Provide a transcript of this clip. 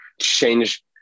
change